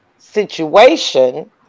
situation